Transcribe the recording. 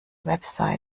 website